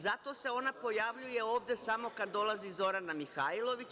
Zato se ona pojavljuje ovde samo kad dolazi Zorana Mihajlović.